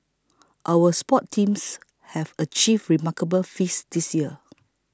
our sports teams have achieved remarkable feats this year